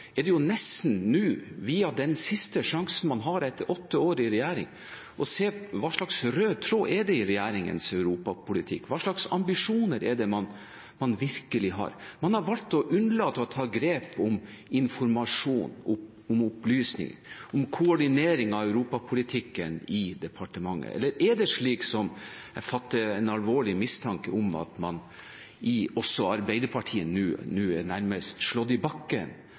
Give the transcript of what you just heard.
er det nå etter åtte år i regjering nesten den siste sjansen man har til å se hva slags rød tråd det er i regjeringens europapolitikk, og hva slags ambisjoner man virkelig har. Man har valgt å unnlate å ta grep om informasjon, om opplysning og om koordinering av europapolitikken i departementet. Eller er det slik jeg har en alvorlig mistanke om, at man også i Arbeiderpartiet nå nærmest er slått i bakken av Senterpartiets og SVs anti-Europa-politikk? Arbeiderpartiet lar seg ikke slå i bakken